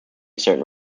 certain